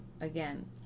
again